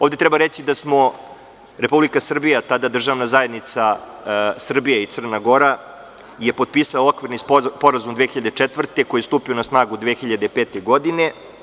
Ovde treba reći da je Republika Srbija, tada Državna zajednica Srbija i Crna Gora, potpisala Okvirni sporazum 2004. godine, koji je stupio na snagu 2005. godine.